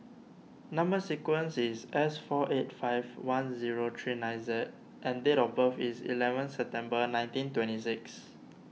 Number Sequence is S four eight five one zero three nine Z and date of birth is eleven September nineteen twenty six